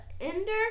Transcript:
ender